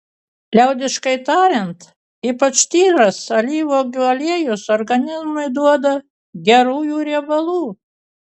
liaudiškai tariant ypač tyras alyvuogių aliejus organizmui duoda gerųjų riebalų